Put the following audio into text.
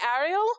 Ariel